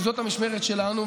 כי זאת המשמרת שלנו,